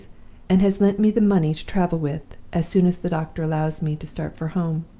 and has lent me the money to travel with, as soon as the doctor allows me to start for home.